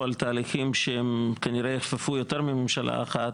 על תהליכים שכנראה יחפפו יותר ממשלה אחת,